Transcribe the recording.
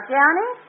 Johnny